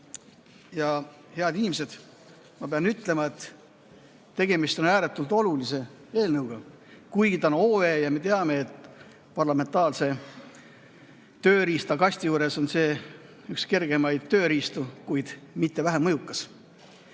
Head inimesed, ma pean ütlema, et tegemist on ääretult olulise eelnõuga, kuigi see on OE ja me teame, et parlamentaarses tööriistakastis on see üks kergemaid tööriistu, kuid mitte vähem mõjukas.